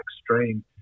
extreme